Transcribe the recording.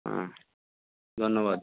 হুম ধন্যবাদ